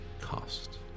cost